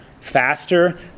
faster